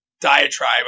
diatribe